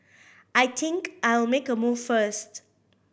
I think I'll make a move first